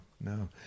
no